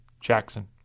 Jackson